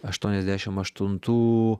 aštuoniasdešim aštuntų